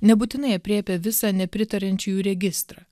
nebūtinai aprėpia visą nepritariančiųjų registrą